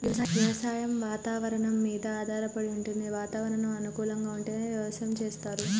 వ్యవసాయం వాతవరణం మీద ఆధారపడి వుంటది వాతావరణం అనుకూలంగా ఉంటేనే వ్యవసాయం చేస్తరు